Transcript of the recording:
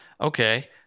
Okay